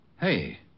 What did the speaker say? hey